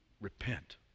repent